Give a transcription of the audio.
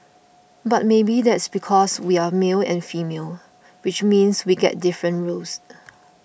but maybe that's because we're male and female which means we get different roles